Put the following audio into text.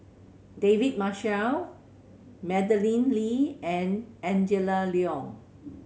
David Marshall Madeleine Lee and Angela Liong